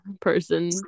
person